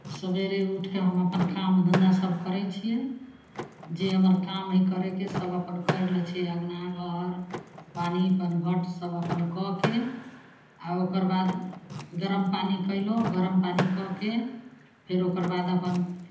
सवेरे उठि कऽ हम अपन काम धन्धासभ करै छियै जे हमर काम हइ करयके सभ अपन करि लै छियै अङ्गना घर पानि पनघट सभ अपन कऽ कऽ आ ओकर बाद गरम पानि कयलहुँ गरम पानि कऽ कऽ फेर ओकर बाद अपन